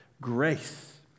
grace